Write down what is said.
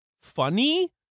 funny